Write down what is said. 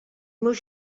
meus